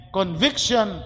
conviction